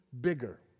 bigger